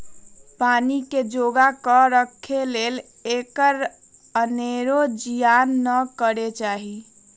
पानी के जोगा कऽ राखे लेल एकर अनेरो जियान न करे चाहि